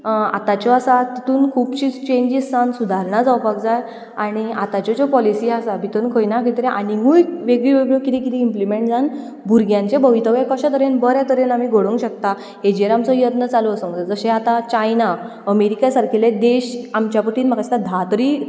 आतांच्यो आसात तितूंत खुबशी चॅंजीस जावन सुदारणा जावपाक जाय आनी आतांच्यो ज्यो पॉलिसी आसा तितूंत खंय ना खंय तरी आनीकूय वेगळ्यो वेगळ्यो कितें कितें इंप्लिमेंट जान भुरग्यांचे भवितव्य कशे तरेन बरे तरेन आमी घडोवंक शकता हेजेर आमचो यत्न चालू आसूंक जाय जशें आतां चायना अमेरिका सारकिल्ले देश आमच्या पटीन म्हाका दिसता धा तरी